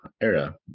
era